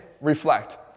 reflect